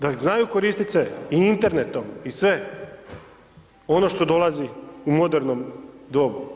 Da znaju koristit se i internetom i sve ono što dolazi u modernom dobu.